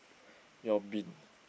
your bin